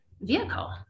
vehicle